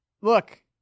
Look